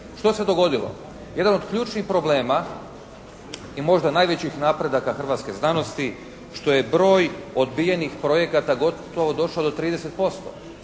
Što se dogodilo? Jedan od ključnih problema i možda najvećih napredaka hrvatske znanosti što je broj odbijenih projekata gotovo došlo do 30%.